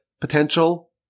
potential